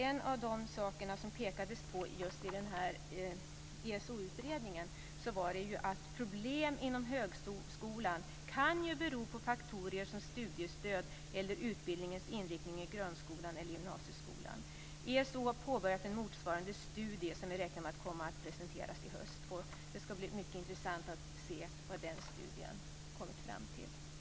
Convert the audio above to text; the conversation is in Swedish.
En av de saker som man pekade på i ESO utredningen var att problem inom högskolan kan bero på faktorer såsom studiestöd eller utbildningens inriktning i grundskolan eller gymnasieskolan. ESO har påbörjat en motsvarande studie som man räknar med ska presenteras i höst. Det ska bli mycket intressant att se vad den studien kommer fram till.